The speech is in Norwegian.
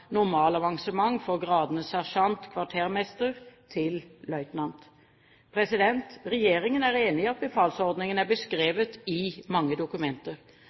avansement for gradene fra sersjant/kvartermester til løytnant. Regjeringen er enig i at befalsordningen er beskrevet i mange dokumenter.